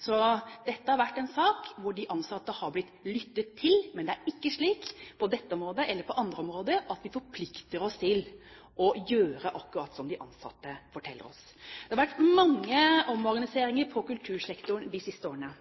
Dette har vært en sak hvor de ansatte har blitt lyttet til. Men det er ikke slik – på dette området eller på andre områder – at vi forplikter oss til å gjøre akkurat som de ansatte forteller oss. Det har vært mange omorganiseringer på kultursektoren de siste årene,